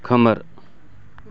खोमोर